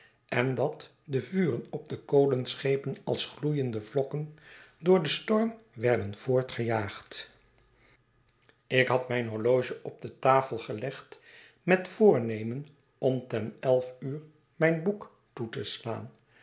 en dat de vuren op de kolenschepen als gloeiende vlokken door den storm werden voortgejaagd ik had mijn horloge op de tafel gelegd met voornemen om ten elf uur mijn boek toe te slaan